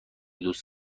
دوست